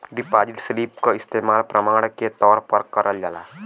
deposit slip क इस्तेमाल प्रमाण के तौर पर करल जाला